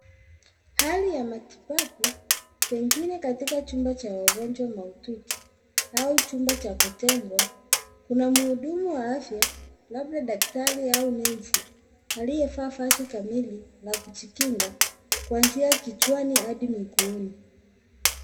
Hali ya matibabu pengine katika chumba cha wagonjwa mahututi au chumba cha kutengwa. Kuna muhudumu wa afya labda daktari au nesi aliyevaa vazi kamili la kujikinga kuanzia kichwani hadi miguuni.